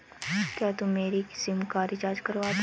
क्या तुम मेरी सिम का रिचार्ज कर दोगे?